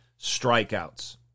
strikeouts